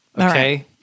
okay